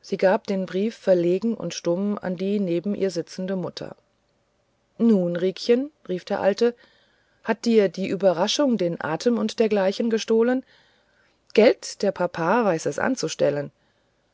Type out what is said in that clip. sie gab den brief verlegen und stumm an die neben ihr sitzende mutter nun riekchen rief die alte hat dir die überraschung den atem und dergleichen gestohlen gelt der papa weiß es anzustellen